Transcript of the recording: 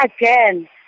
again